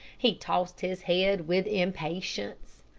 he tossed his head with impatience.